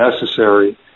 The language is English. necessary